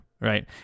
right